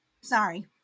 sorry